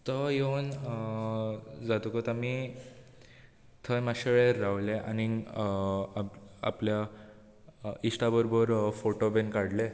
तो येवन जातकूत आमी थंय मात्शे वेळेर रावले आनी आप आपल्या इश्टा बरोबर फोटो बीन काडले